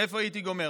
איפה הייתי גומר?